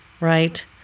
right